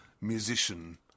musician